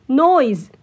noise